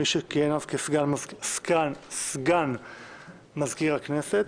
מי שכיהן אז כסגן מזכיר הכנסת.